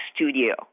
studio